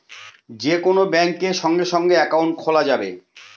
যে কোন ব্যাঙ্কে সঙ্গে সঙ্গে একাউন্ট খোলা যাবে